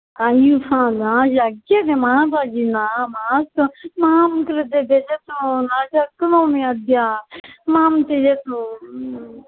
अय् फद शक्यते माताजि न मास्तु मां कृते त्यजतु न शक्नोमि अद्य मां त्यजतु